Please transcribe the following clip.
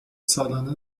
سالانه